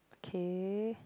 okay